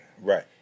Right